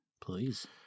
Please